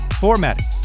formatting